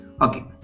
Okay